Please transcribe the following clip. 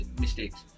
mistakes